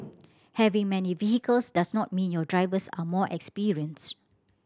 having many vehicles does not mean your drivers are more experienced